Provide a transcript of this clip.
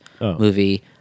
movie